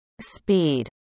Speed